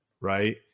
right